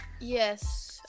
Yes